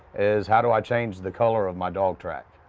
is how do i change the color of my dog track?